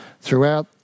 throughout